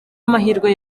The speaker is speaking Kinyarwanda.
amahirwe